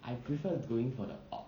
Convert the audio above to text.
I prefer going for the op~